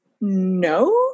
no